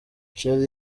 charly